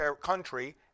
country